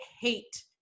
hate